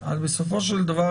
בסופו של דבר,